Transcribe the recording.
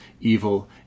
evil